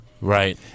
Right